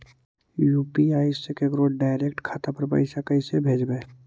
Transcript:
UPI से केकरो direct खाता पर पैसा कैसे भेजबै?